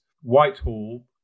Whitehall